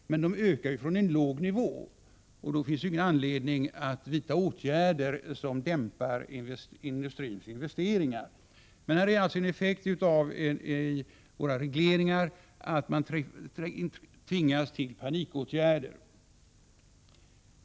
Men de ökar från en låg nivå, och då finns det ingen anledning att vidta åtgärder som dämpar dessa investeringar. Detta att man tvingas till panikåtgärder är alltså en effekt av våra regleringar.